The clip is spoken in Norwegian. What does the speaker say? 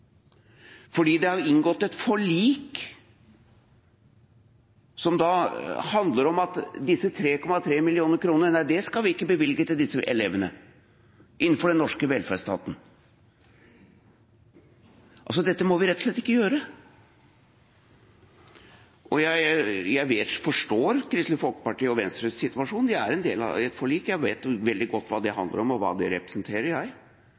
fordi det er inngått et forlik som handler om at vi ikke skal bevilge disse 3,3 mill. kr til disse elevene innenfor den norske velferdsstaten. Dette må vi rett og slett ikke gjøre. Jeg forstår situasjonen til Kristelig Folkeparti og Venstre. De er en del av et forlik. Jeg vet veldig godt hva det handler om, og hva det representerer.